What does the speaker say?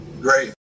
great